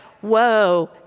Whoa